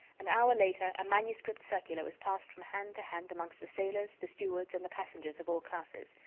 an hour later, a manuscript circular was passed from hand to hand amongst the sailors, the stewards, and the passengers of all classes.